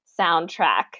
soundtrack